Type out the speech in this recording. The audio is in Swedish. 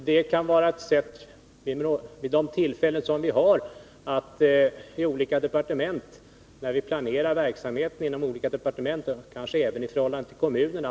Herr talman! Ett sätt kan vara att vi, när vi inom olika departement planerar verksamhet, tar upp denna fråga — kanske i förhållande till kommunerna.